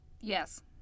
Yes